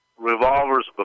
Revolvers